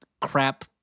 crap –